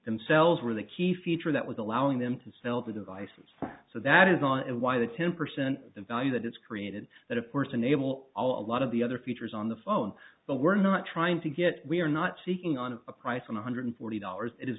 themselves were the key feature that was allowing them to sell the devices so that is all and why the ten percent the value that is created that of course enable a lot of the other features on the phone but we're not trying to get we're not seeking on a price on one hundred forty dollars it is